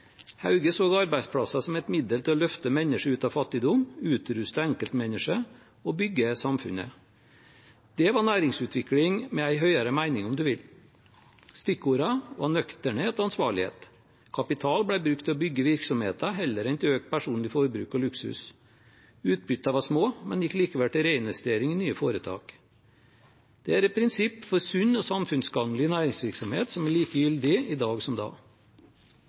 Hauge. Hauge så arbeidsplasser som et middel til å løfte mennesker ut av fattigdom, utruste enkeltmennesket og bygge samfunnet. Det var næringsutvikling med en høyere mening, om en vil. Stikkordene var nøkternhet og ansvarlighet. Kapital ble brukt til å bygge virksomheten heller enn til økt personlig forbruk og luksus. Utbyttene var små, men gikk likevel til reinvestering i nye foretak. Dette er prinsipper for sunn og samfunnsgagnlig næringsvirksomhet som er like gyldige i dag som da.